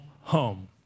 home